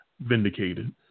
vindicated